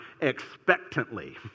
expectantly